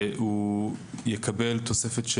והוא יקבל תוספת,